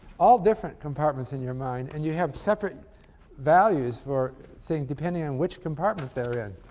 all different compartments in your mind, and you have separate values for things depending on which compartment they're in.